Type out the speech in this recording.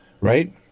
right